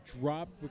dropped